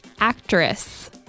actress